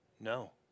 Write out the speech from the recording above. no